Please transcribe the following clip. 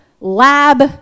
lab